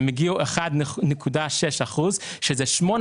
הם הגיעו ל-1.6 אחוז שזה אומר ששמונה